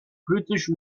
british